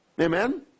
Amen